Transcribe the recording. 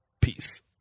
Peace